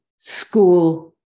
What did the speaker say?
school